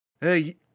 hey